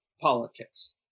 politics